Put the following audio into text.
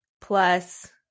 plus